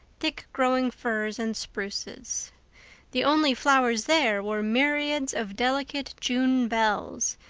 thick-growing firs and spruces the only flowers there were myriads of delicate june bells,